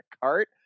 cart